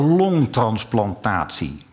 longtransplantatie